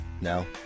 No